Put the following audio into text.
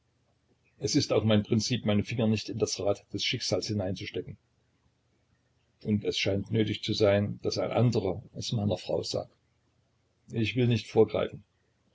es ist auch mein prinzip meine finger nicht in das rad des schicksals einzustecken und es scheint nötig zu sein daß ein anderer es meiner frau sagt ich will nicht vorgreifen